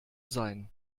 sein